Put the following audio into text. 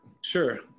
sure